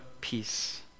peace